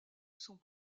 sont